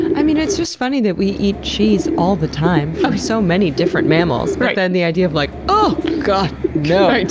i mean it's just funny that we eat cheese all the time, from so many different mammals, but then the idea of like, uhh! god, no!